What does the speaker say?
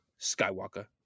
Skywalker